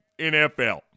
NFL